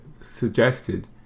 suggested